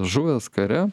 žuvęs kare